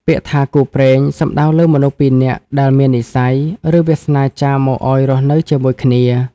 ពាក្យថា «គូព្រេង» សំដៅលើមនុស្សពីរនាក់ដែលមាននិស្ស័យ ឬវាសនាចារមកឱ្យរស់នៅជាមួយគ្នា។